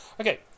Okay